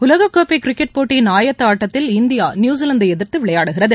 உலகக் கோப்பை கிரிக்கெட் போட்டியின் ஆயத்த ஆட்டத்தில் இந்தியா நியூசிலாந்தை எதிர்த்து விளையாடுகிறது